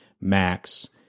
Max